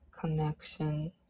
connection